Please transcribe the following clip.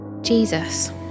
Jesus